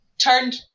turned